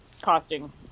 costing